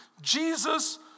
Jesus